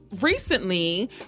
recently